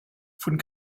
von